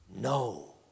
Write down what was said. no